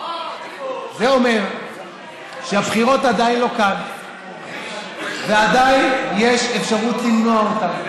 זה אומר שהבחירות עדיין לא כאן ועדיין יש אפשרות למנוע אותן.